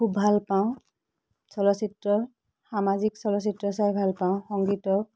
খুব ভাল পাওঁ চলচ্চিত্ৰ সামাজিক চলচিত্ৰ চাই ভাল পাওঁ সংগীতৰ